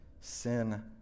Sin